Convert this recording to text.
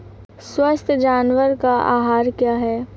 स्वस्थ जानवर का आहार क्या है?